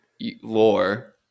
lore